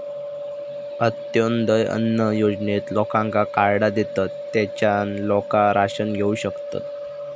अंत्योदय अन्न योजनेत लोकांका कार्डा देतत, तेच्यान लोका राशन घेऊ शकतत